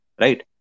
right